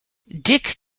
dick